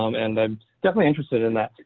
um and um definitely interested in that.